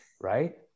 right